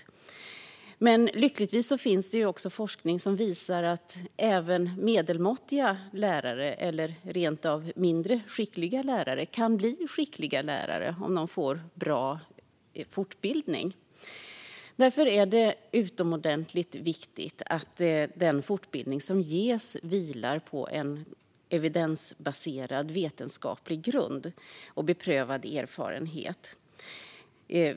Lyckligtvis finns det också forskning som visar att även medelmåttiga lärare, eller rent av mindre skickliga lärare, kan bli skickliga lärare om de får bra fortbildning. Därför är det utomordentligt viktigt att den fortbildning som ges vilar på en evidensbaserad, vetenskaplig grund och beprövad erfarenhet.